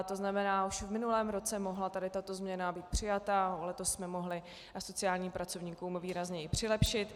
To znamená, už v minulém roce mohla tato změna být přijata a letos jsme mohli sociálním pracovníkům výrazněji přilepšit.